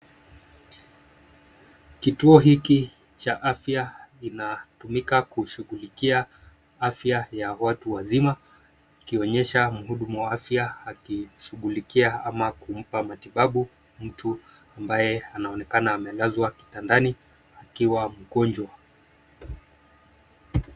Kituo hiki cha afya inatumika kushughulikia afya ya watu wazima ikionyesha mhudumu wa afya akishughulikia ama kumpa matibabu mtu ambaye anaonekana amelazwa kitandani akiwa mgonjwa.